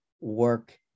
work